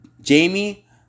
Jamie